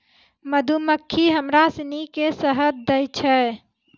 मधुमक्खी हमरा सिनी के शहद दै छै